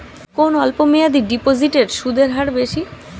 কোন অল্প মেয়াদি ডিপোজিটের সুদের হার বেশি?